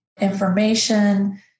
information